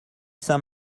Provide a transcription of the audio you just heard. saint